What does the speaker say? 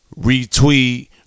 retweet